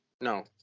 No